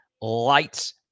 lights